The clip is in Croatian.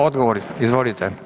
Odgovor, izvolite.